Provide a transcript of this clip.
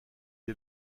est